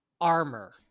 armor